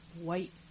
white